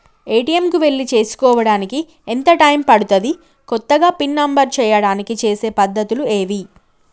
ATM కు వెళ్లి చేసుకోవడానికి ఎంత టైం పడుతది? కొత్తగా పిన్ నంబర్ చేయడానికి చేసే పద్ధతులు ఏవి?